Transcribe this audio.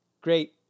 great